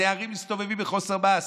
נערים מסתובבים בחוסר מעש,